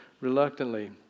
reluctantly